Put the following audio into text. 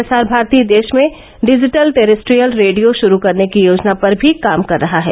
प्रसार भारती देश में डिजिटल टेरेस्ट्रीअल रेडियो शुरू करने की योजना पर भी काम कर रहा है